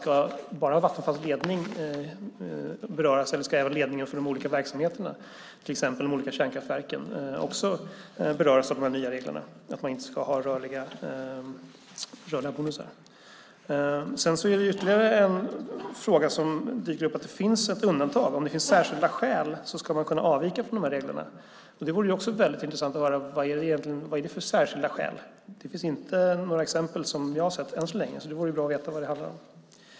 Ska bara Vattenfalls ledning beröras, eller ska också ledningen för de olika verksamheterna, till exempel de olika kärnkraftverken beröras av de nya reglerna om att man inte ska ha rörliga bonusar? Sedan är det ytterligare en fråga som dyker upp. Det finns ett undantag: Om det finns särskilda skäl ska man kunna avvika från reglerna. Det skulle vara intressant att höra vad det är för särskilda skäl. Det finns inga exempel som jag har sett än så länge, så jag skulle gärna vilja veta vad det handlar om.